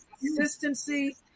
consistency